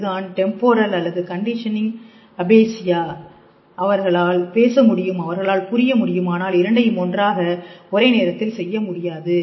இதுதான் டெம்போரல் அல்லது conduction aphasia அவர்களால் பேச முடியும் அவர்களால் புரிய முடியும் ஆனால் இரண்டையும் ஒன்றாக ஒரே நேரத்தில் செய்ய முடியாது